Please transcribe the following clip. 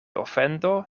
ofendo